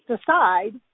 decide